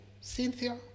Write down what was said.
Cynthia